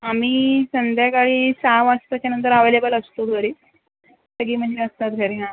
आम्ही संध्याकाळी सहा वाजताच्यानंतर आवेलेबल असतो घरीच सगळी म्हणजे असतात घरी हां